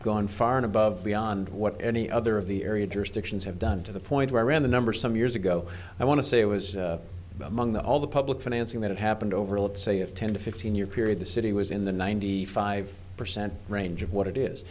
gone far and above beyond what any other of the area jurisdictions have done to the point where in the numbers some years ago i want to say it was among the all the public financing that happened over a let's say of ten to fifteen year period the city was in the ninety five percent range of what it is